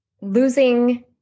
losing